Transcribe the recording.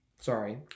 sorry